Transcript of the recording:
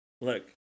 look